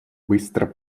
быстро